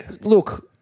Look